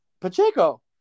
Pacheco